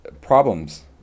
problems